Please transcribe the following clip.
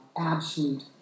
absolute